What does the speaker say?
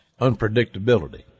unpredictability